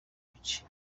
bice